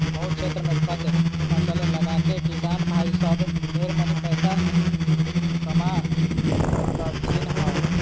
बहुत क्षेत्र मे कंद फसल लगाके किसान भाई सब ढेर मनी पैसा कमा रहलथिन हें